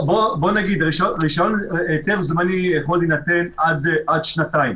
היתר זמני יכול להינתן עד שנתיים.